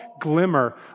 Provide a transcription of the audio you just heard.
glimmer